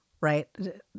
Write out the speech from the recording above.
right